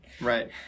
Right